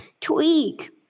tweak